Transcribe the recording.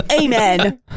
Amen